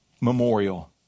Memorial